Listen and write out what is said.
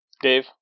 Dave